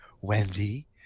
Wendy